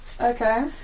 Okay